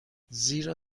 زیرا